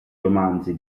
romanzi